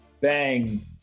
bang